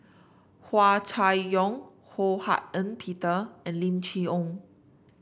Hua Chai Yong Ho Hak Ean Peter and Lim Chee Onn